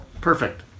perfect